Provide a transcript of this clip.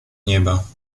nieba